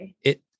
it-